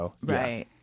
Right